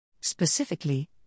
Specifically